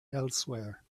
elsewhere